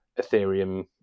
ethereum